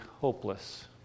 hopeless